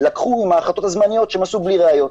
לקחו מההחלטות הזמניות שהן עשו בלי ראיות.